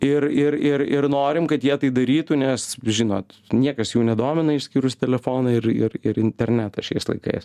ir ir ir ir norim kad jie tai darytų nes žinot niekas jų nedomina išskyrus telefoną ir ir ir internetą šiais laikais